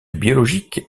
biologique